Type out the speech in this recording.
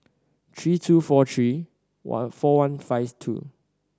three two four three four one five two